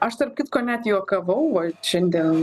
aš tarp kitko net juokavau vat šiandien